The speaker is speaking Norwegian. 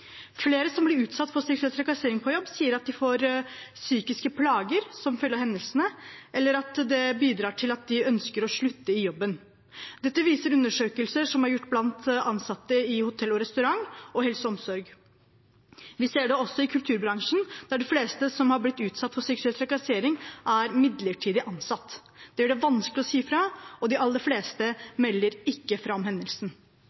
Flere som blir utsatt for seksuell trakassering på jobb, sier at de får psykiske plager som følge av hendelsene, eller at det bidrar til at de ønsker å slutte i jobben. Dette viser undersøkelser som er gjort blant ansatte i hotell, restaurant, helse og omsorg. Vi ser det også i kulturbransjen, der de fleste som har blitt utsatt for seksuell trakassering, er midlertidig ansatt. Det gjør det vanskelig å si fra, og de aller fleste melder ikke fra om hendelsen.